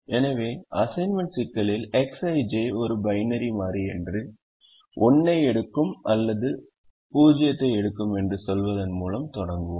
எனவே அசைன்மென்ட் சிக்கல் Xij ஒரு பைனரி மாறி என்று 1 ஐ எடுக்கும் அல்லது 0 எடுக்கும் என்று சொல்வதன் மூலம் தொடங்குவோம்